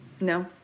No